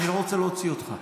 אני לא רוצה להוציא אותך.